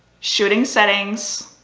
shooting settings,